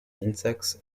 insects